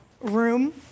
room